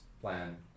plan